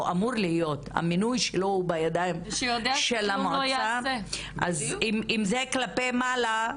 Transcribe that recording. שהמינוי שלו הוא בידיים של המועצה - אם יש מתקפות כאלה כלפי מעלה,